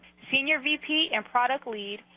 senior vp and product lead,